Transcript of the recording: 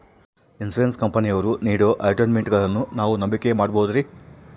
Insurance ಕಂಪನಿಯವರು ನೇಡೋ ಅಡ್ವರ್ಟೈಸ್ಮೆಂಟ್ಗಳನ್ನು ನಾವು ನಂಬಿಕೆ ಮಾಡಬಹುದ್ರಿ?